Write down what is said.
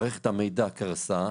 מערכת המידע קרסה,